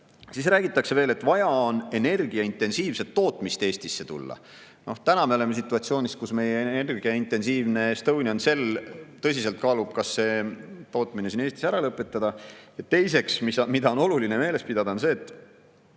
Siis räägitakse veel, et on vaja energiaintensiivset tootmist Eestisse [tuua]. Täna me oleme situatsioonis, kus meie energiaintensiivne Estonian Cell tõsiselt kaalub, kas tootmine siin Eestis ära lõpetada. Ja teiseks, mis on oluline meeles pidada, on see, et